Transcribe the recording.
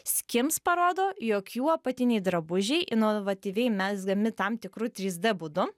skims parodo jog jų apatiniai drabužiai inovatyviai mezgami tam tikru trys d būdu